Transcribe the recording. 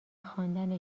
خواندن